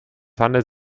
handelt